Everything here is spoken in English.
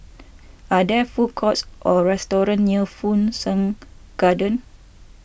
are there food courts or restaurants near Fu Shan Garden